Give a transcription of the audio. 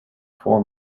four